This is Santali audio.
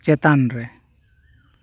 ᱪᱮᱛᱟᱱ ᱨᱮ